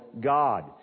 God